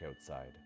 outside